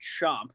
Chomp